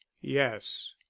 yes